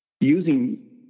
using